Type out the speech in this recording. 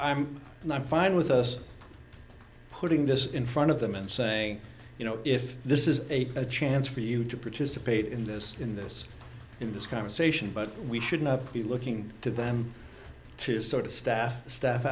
i'm not fine with us putting this in front of them and saying you know if this is a chance for you to participate in this in this in this conversation but we should not be looking to them to sort of staff stuff